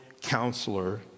counselor